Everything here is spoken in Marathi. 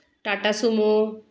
टाटा सुमो